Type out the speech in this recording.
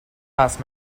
last